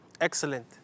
Excellent